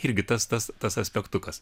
irgi tas tas tas aspektukas